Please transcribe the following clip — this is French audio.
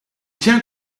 tient